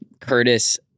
Curtis